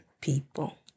people